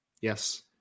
Yes